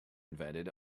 invented